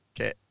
Okay